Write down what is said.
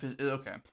Okay